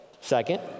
second